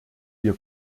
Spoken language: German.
wir